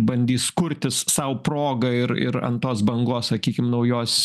bandys kurtis sau progą ir ir ant tos bangos sakykim naujos